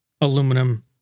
aluminum